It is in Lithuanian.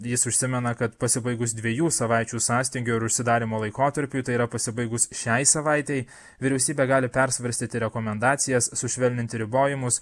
jis užsimena kad pasibaigus dviejų savaičių sąstingio ir užsidarymo laikotarpiui tai yra pasibaigus šiai savaitei vyriausybė gali persvarstyti rekomendacijas sušvelninti ribojimus